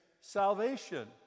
salvation